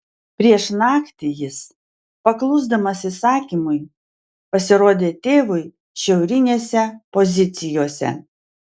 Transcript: prieš naktį jis paklusdamas įsakymui pasirodė tėvui šiaurinėse pozicijose